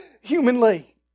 humanly